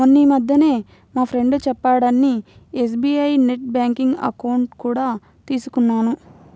మొన్నీమధ్యనే మా ఫ్రెండు చెప్పాడని ఎస్.బీ.ఐ నెట్ బ్యాంకింగ్ అకౌంట్ కూడా తీసుకున్నాను